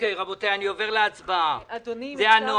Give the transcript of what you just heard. אם אפשר אדוני,